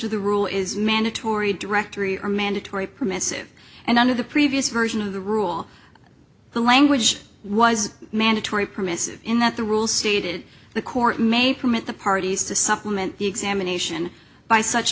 of the rule is mandatory directory or mandatory permissive and under the previous version of the rule the language was mandatory permissive in that the rules stated the court may permit the parties to supplement the examination by such